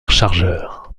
chargeur